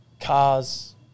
cars